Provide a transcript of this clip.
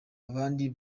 abandi